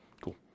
Cool